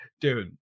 dude